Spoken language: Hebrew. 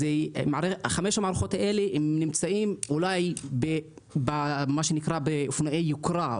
חמש המערכות הללו נמצאות אולי באופנועי יוקרה.